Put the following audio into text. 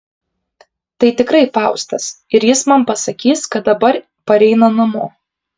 tai tikrai faustas ir jis man pasakys kad dabar pareina namo